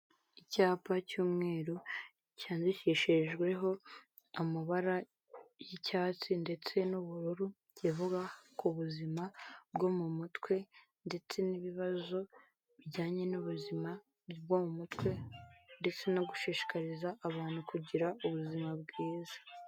Icyapa cy'umweru cyandikishijweho amabara y'icyatsi ndetse n'ubururu, kivuga ku buzima bwo mu mutwe ndetse n'ibibazo bijyanye n'ubuzima bwo mu mutwe ndetse no gushishikariza abantu kugira ubuzima bwiza.